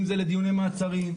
אם זה לדיוני מעצרים.